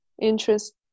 interest